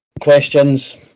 questions